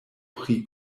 pri